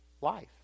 life